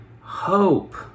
hope